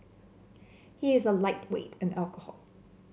he is a lightweight in alcohol